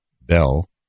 bell